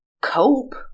cope